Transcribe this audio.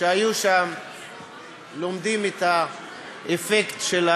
שהיו שם לומדים את האפקט של